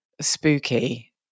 spooky